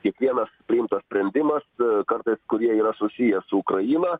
kiekvienas priimtas sprendimas kartais kurie yra susiję su ukraina